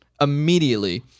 immediately